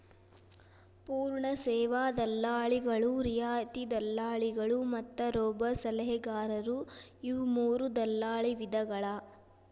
ಪೂರ್ಣ ಸೇವಾ ದಲ್ಲಾಳಿಗಳು, ರಿಯಾಯಿತಿ ದಲ್ಲಾಳಿಗಳು ಮತ್ತ ರೋಬೋಸಲಹೆಗಾರರು ಇವು ಮೂರೂ ದಲ್ಲಾಳಿ ವಿಧಗಳ